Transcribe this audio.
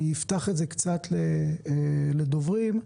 אפתח את הדיון לדוברים.